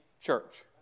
church